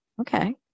okay